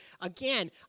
again